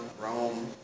Rome